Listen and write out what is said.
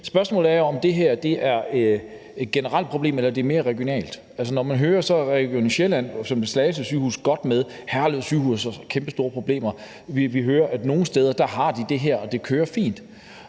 spørgsmålet er, om det her er et generelt problem, eller om det mere er regionalt. Altså, når man hører Region Sjælland, er Slagelse Sygehus godt med; Herlev Sygehus har kæmpestore problemer. Vi hører, at nogle steder kører det fint.